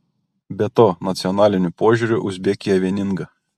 be to nacionaliniu požiūriu uzbekija vieninga